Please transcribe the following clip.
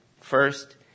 First